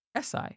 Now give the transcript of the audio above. SI